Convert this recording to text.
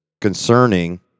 concerning